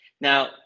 Now